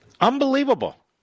Unbelievable